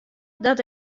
dat